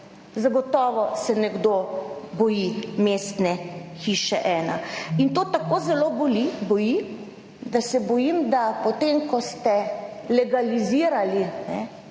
Zagotovo se nekdo boji Mestne hiše 1 in to tako zelo boji, da se bojim, da potem, ko ste legalizirali